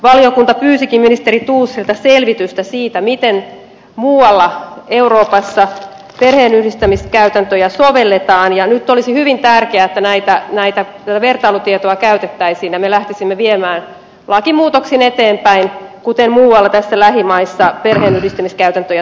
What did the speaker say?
valiokunta pyysikin ministeri thorsilta selvitystä siitä miten muualla euroopassa perheenyhdistämiskäytäntöjä sovelletaan ja nyt olisi hyvin tärkeää että näitä vertailutietoja käytettäisiin ja me lähtisimme viemään asiaa lakimuutoksin eteenpäin kuten muualla lähimaissa perheenyhdistämiskäytäntöjä sovelletaan